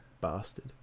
Bastard